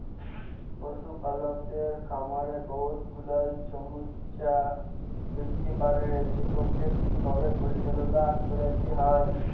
পশুপালকের খামারে বহুত গুলাল ছমচ্যা হ্যইতে পারে যেটকে ঠিকভাবে পরিচাললা ক্যইরতে হ্যয়